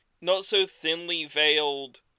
not-so-thinly-veiled